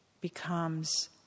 Becomes